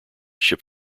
ship